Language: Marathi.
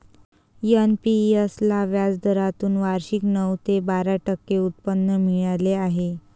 एन.पी.एस ला व्याजदरातून वार्षिक नऊ ते बारा टक्के उत्पन्न मिळाले आहे